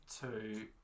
two